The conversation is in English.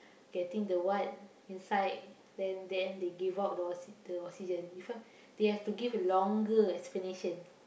getting the what inside then then they give out the oxy~ the oxygen this one they have to give longer explanation